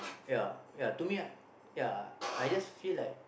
ya ya to me ya I just feel like